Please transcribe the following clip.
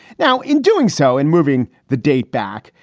now, in doing so, in moving the date back,